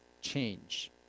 change